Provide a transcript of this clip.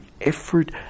effort